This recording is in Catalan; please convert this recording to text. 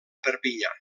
perpinyà